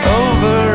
over